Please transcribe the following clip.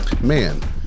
Man